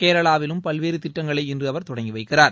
கேரளாவிலும் பல்வேறு திட்டங்களை இன்று அவர் தொடங்கி வைக்கிறார்